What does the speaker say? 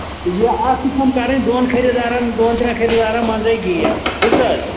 ژٕ بوز اَتھ تہِ چھَم کَرٕنۍ دۅن خٔریٖدارَن دۅن ترٛین خٔریٖدارَن منٛزَے گیپ بوٗزتھا حظ